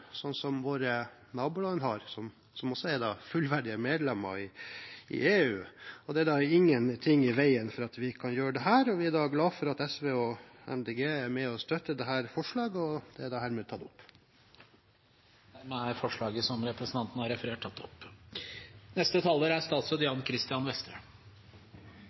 våre naboland har, som er fullverdige medlemmer i EU. Det er derfor ingenting i veien for at vi kan gjøre dette. Vi er glad for at SV og MDG er med og støtter dette forslaget, og det er hermed tatt opp. Dermed har representanten Geir Jørgensen tatt opp det forslaget han refererte til. Regjeringen foreslår nå nye regler som